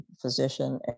physician